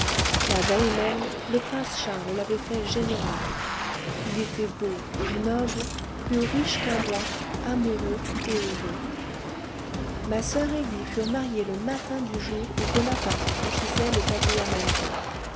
la veille même le prince charles l'avait fait général il était beau noble plus riche qu'un roi amoureux et heureux ma soeur et lui furent mariés le matin du jour où bonaparte franchissait le tagliamento